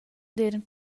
d’eiran